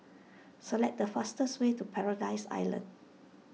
select the fastest way to Paradise Island